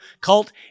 cult